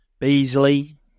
Beasley